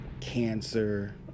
cancer